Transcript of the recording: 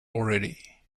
already